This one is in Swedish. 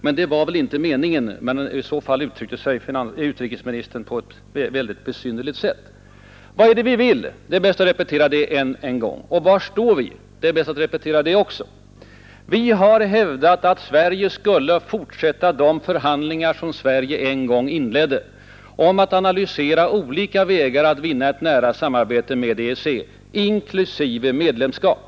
Det var väl kanske inte meningen, men utrikesministern uttryckte sig på ett väldigt besynnerligt sätt. Vad är det vi moderater vill? Det är bäst att repetera det än en gång. Och var står vi? Det är bäst att repetera det också. Vi har hävdat att Sverige skulle fortsätta de förhandlingar som Sverige en gång inledde och därvidlag analysera olika vägar för att etablera ett nära samarbete med EEC, inklusive medlemskap.